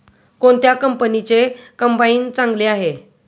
कोणत्या कंपनीचे कंबाईन चांगले आहे?